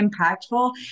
impactful